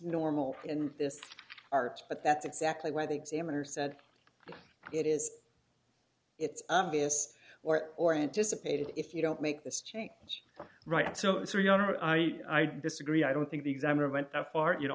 normal in this art but that's exactly where the examiner said it is it's obvious or or anticipated if you don't make this change right so it's a yawner i disagree i don't think the examiner went that far you know